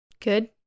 Good